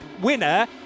winner